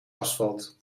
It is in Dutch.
asfalt